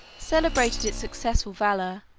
celebrated its successful valor,